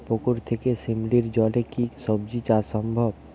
পুকুর থেকে শিমলির জলে কি সবজি চাষ সম্ভব?